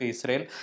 Israel